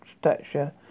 stature